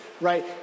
right